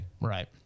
Right